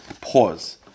Pause